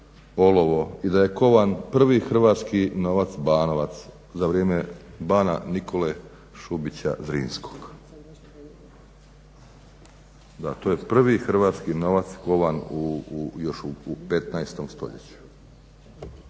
i da je kovan prvi Hrvatski novac Banovac, za vrijeme Bana Nikole Šubića Zrinskog. Da, to je prvi hrvatski novac kovan u, još u 15. stoljeću.